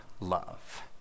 love